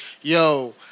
yo